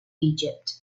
egypt